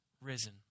risen